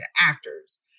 actors